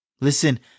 Listen